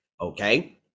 okay